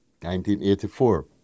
1984